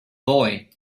boy